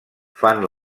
fan